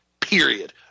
period